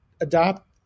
adopt